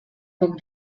poc